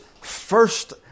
first